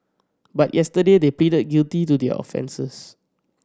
but yesterday they pleaded a guilty to their offences